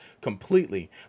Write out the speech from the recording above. completely